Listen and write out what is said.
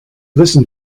listen